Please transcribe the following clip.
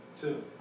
Two